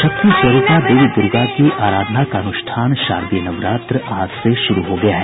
शक्ति स्वरूपा देवी दूर्गा की आराधाना का अनुष्ठान शारदीय नवरात्र आज से शुरू हो गया है